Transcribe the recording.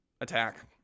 attack